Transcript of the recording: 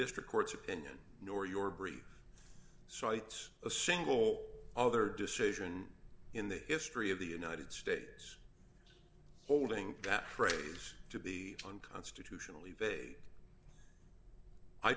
district court's opinion nor your brief cites a single other decision in the history of the united states holding that phrase to be unconstitutional